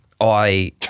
I-